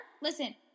listen